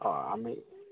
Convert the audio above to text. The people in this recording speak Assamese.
অঁ আমি